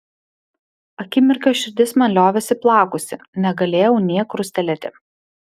akimirką širdis man liovėsi plakusi negalėjau nė krustelėti